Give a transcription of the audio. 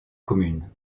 commune